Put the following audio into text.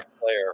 player